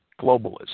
globalism